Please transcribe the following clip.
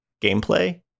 gameplay